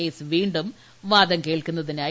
case വീണ്ടും വാദം കേൾക്കുന്നതിനായി